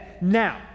Now